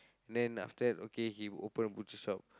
and then after that okay he open a butcher shop